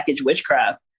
witchcraft